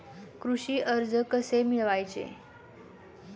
कृषी कर्ज कसे मिळवायचे?